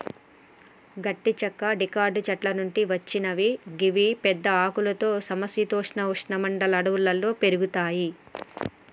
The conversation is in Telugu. గట్టి చెక్క డికాట్ చెట్ల నుంచి వచ్చినవి గివి పెద్ద ఆకులతో సమ శీతోష్ణ ఉష్ణ మండల అడవుల్లో పెరుగుతయి